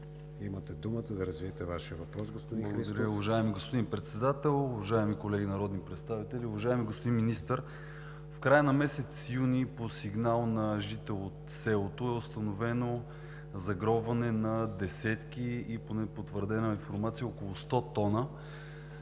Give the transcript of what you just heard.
Имате думата да развиете Вашия въпрос, господин Христов. МИХАИЛ ХРИСТОВ (ГЕРБ): Уважаеми господин Председател, уважаеми колеги народни представители, уважаеми господин Министър! В края на месец юни по сигнал на жител от селото е установено загробване на – по потвърдена информация, около 100 тона